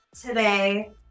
today